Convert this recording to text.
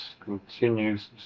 continues